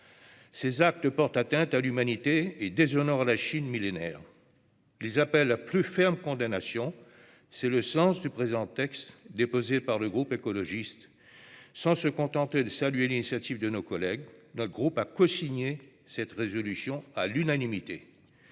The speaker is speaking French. Ces actes portent atteinte à l'humanité et déshonorent la Chine millénaire. Ils appellent la plus ferme condamnation. C'est le sens du présent texte déposé par le groupe Écologiste -Solidarité et Territoires. Sans se contenter de saluer l'initiative de nos collègues, notre groupe a cosigné cette résolution à l'unanimité.